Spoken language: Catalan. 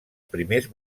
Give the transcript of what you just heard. primers